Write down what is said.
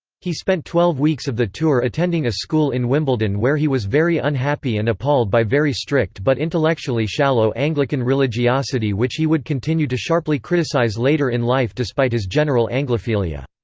he spent twelve weeks of the tour attending a school in wimbledon where he was very unhappy and appalled by very strict but intellectually shallow anglican religiosity which he would continue to sharply criticize later in life despite his general anglophilia.